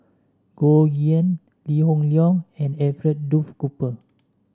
Goh Yihan Lee Hoon Leong and Alfred Duff Cooper